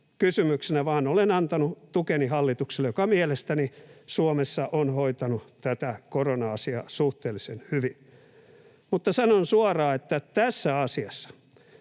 vaan olen antanut tukeni hallitukselle, joka mielestäni Suomessa on hoitanut tätä korona-asiaa suhteellisen hyvin. Mutta sanon suoraan, että tässä asiassa,